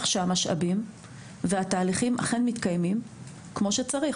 שהמשאבים והתהליכים אכן מתקיימים כמו שצריך,